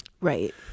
Right